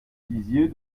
disiez